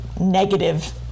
negative